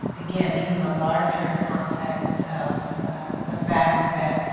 again, even the larger context of the fact that